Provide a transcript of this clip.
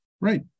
Right